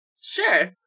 Sure